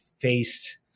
faced